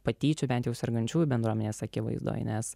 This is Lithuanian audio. patyčių bent jau sergančiųjų bendruomenės akivaizdoj nes